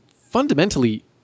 fundamentally